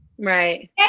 Right